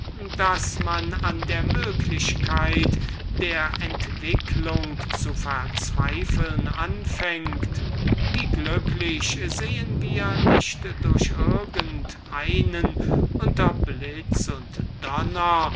daß man an der möglichkeit der entwicklung zu verzweifeln anfängt wie glücklich sehen wir durch irgend einen unter blitz und donner